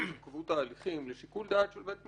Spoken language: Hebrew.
התעכבות ההליכים לשיקול דעת של בית משפט,